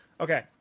Okay